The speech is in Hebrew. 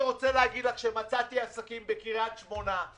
מצאתי עסקים בקריית שמונה,